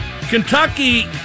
Kentucky